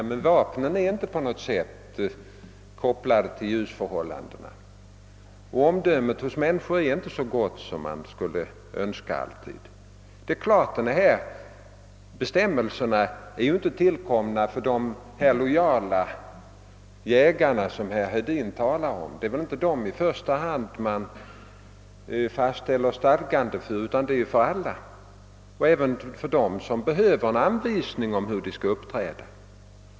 Vapnen är emellertid inte på något sätt kopplade till ljusförhållandena, och omdömet hos människor är inte alltid så gott som man skulle önska. Dessa bestämmelser är naturligtvis inte tillkomna för de lojala jägare som herr Hedin talar om. Det är ju inte i första hand för dem man fastställer stadganden, utan det är för alla, även för dem som behöver en anvisning om hur de skall uppträda.